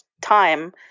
time